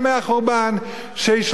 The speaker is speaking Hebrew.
שישלח רוח טהרה ממרום,